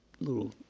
little